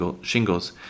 shingles